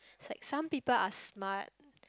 it's like some people are smart